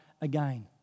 again